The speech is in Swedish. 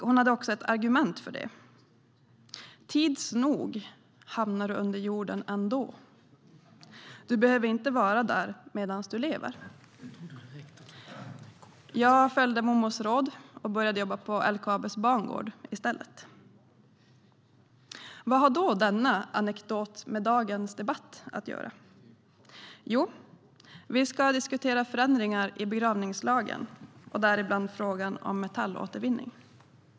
Hon hade också ett argument för det: Tids nog hamnar du under jorden ändå. Du behöver inte vara där medan du lever. Jag följde mommos råd och började jobba på LKAB:s bangård i stället. Var har då denna anekdot med dagens debatt att göra? Jo, vi ska diskutera förändringar i begravningslagen och däribland frågan om metallåtervinning.